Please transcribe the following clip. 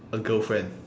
a girlfriend